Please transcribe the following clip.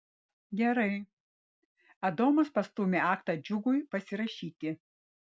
gerai adomas pastūmė aktą džiugui pasirašyti